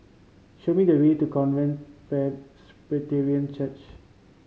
show me the way to Covenant Church